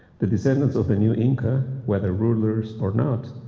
the descendants of the new inca, whether rulers or not,